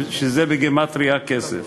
שזה בגימטריה כסף.